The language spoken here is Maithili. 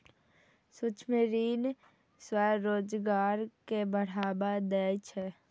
सूक्ष्म ऋण स्वरोजगार कें बढ़ावा दै छै